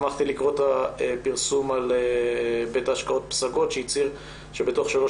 שמחתי לקרוא את הפרסום על בית השקעות פסגות שהצהיר שבתוך שלוש